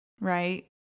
right